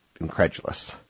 incredulous